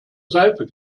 seife